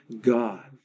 God